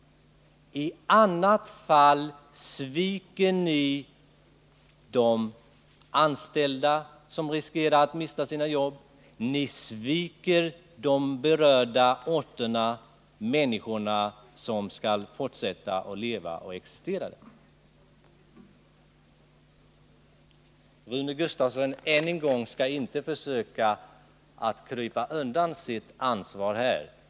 I annat fall sviker ni de anställda som riskerar att mista sina jobb, ni sviker de berörda orterna och människorna som skall fortsätta att leva och existera där. Rune Gustavsson skall inte än en gång försöka krypa undan sitt ansvar.